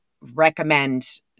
recommend